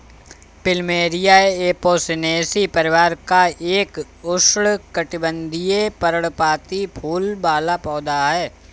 plumeria Apocynaceae परिवार का एक उष्णकटिबंधीय, पर्णपाती फूल वाला पौधा है